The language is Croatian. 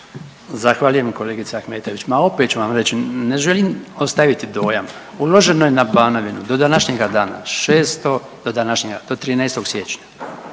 Zahvaljujem kolegice Ahmetović. Ma opet ću vam reći, ne želim ostaviti dojam, uloženo je na Banovinu do današnjega dana 600, do današnjega,